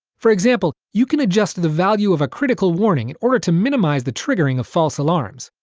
for example, you can adjust the value of a critical warning in order to minimize the triggering of false alarms.